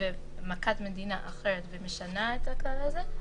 ומכת מדינה אחרת ומשנים את הכלל הזה,